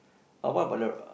uh what about the